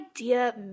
idea